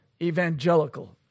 evangelical